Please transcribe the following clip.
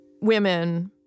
women